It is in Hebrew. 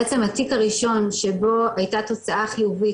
בעצם התיק הראשון שבו הייתה תוצאה חיובית